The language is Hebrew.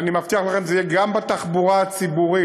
ואני מבטיח לכם, זה יהיה גם בתחבורה הציבורית.